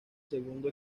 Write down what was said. segundo